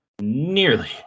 nearly